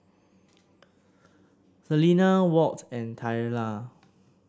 Selena Walt and Twyla